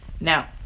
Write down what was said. now